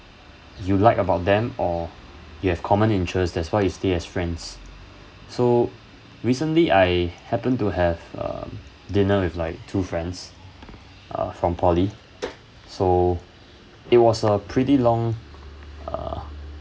you like about them or you have common interest that's why you stay as friends so recently I happened to have um dinner with like two friends uh from poly so it was a pretty long uh